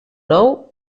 nou